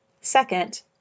Second